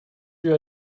you